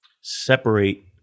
separate